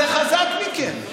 זה חזק מכם.